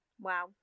wow